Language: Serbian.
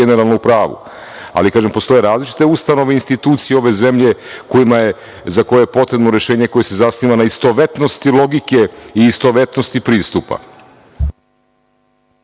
generalno u pravu, ali, kažem, postoje različite ustanove i institucije ove zemlje kojima je potrebno rešenje koje se zasniva na istovetnosti logike i istovetnosti pristupa.